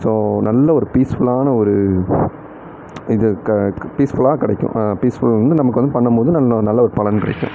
so நல்ல ஒரு பீஸ்ஃபுலான ஒரு இது க பீஸ்ஃபுலாக கிடைக்கும் பீஸ்ஃபுல் வந்து நமக்கு வந்து பண்ணம்போது இன்னும் நல்ல ஒரு பலன் கிடைக்கும்